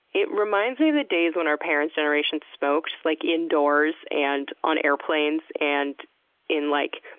it reminds me of the days when our parent's generations smoked, like, indoors and on airplanes and in, like,